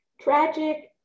tragic